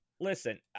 Listen